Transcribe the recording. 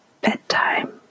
bedtime